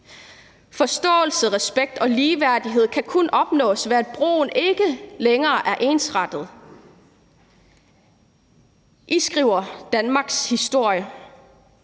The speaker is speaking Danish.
Forståelse, respekt og ligeværdighed kan kun opnås, ved at broen ikke længere er ensrettet. I skriver danmarkshistorie.